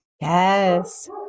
Yes